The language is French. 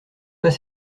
pas